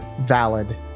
valid